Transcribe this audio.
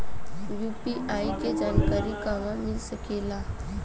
UPI के जानकारी कहवा मिल सकेले?